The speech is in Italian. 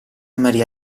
maria